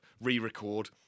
re-record